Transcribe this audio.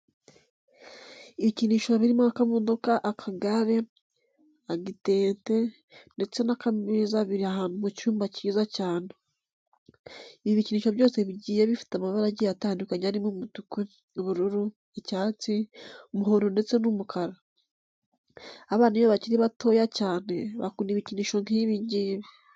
Ibikinisho birimo akamodoka, akagare, agitente ndetse n'akameza biri ahantu mu cyumba cyiza cyane. Ibi bikinisho byose bigiye bifite amabara agiye atandukanye arimo umutuku, ubururu, icyatsi, umuhondo ndetse n'umukara. Abana iyo bakiri batoya cyane bakunda ibikinisho nk'ibi ngibi.